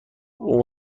اون